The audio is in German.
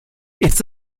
ist